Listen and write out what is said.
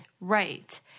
Right